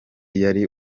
yari